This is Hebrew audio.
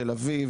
תל אביב,